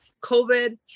COVID